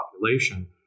population